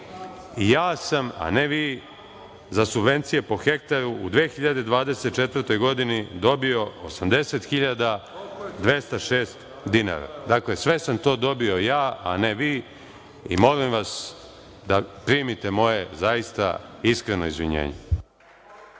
Ja sam, a ne vi, za subvencije po hektaru u 2024. godini dobio 80.206 dinara. Dakle, sve sam to dobio ja, a ne vi, i molim vas da primite moje zaista iskreno izvinjenje.